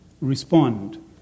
respond